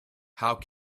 how